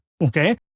Okay